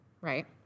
right